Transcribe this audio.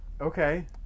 Okay